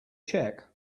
check